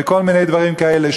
וכל מיני דברים כאלה.